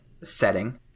Setting